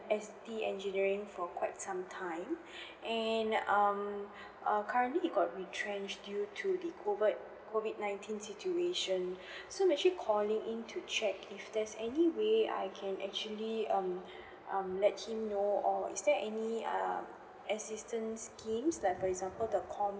S_T engineering for quite some time and um uh currently he got retrenched due to the COVID nineteen situation so I'm actually calling in to check if there's any way I can actually um um let him know or is there any other um assistance schemes like for example the C_O_M